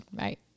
Right